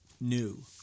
new